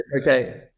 Okay